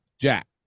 Jack